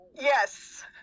Yes